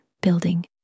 building